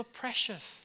precious